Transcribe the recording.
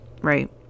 right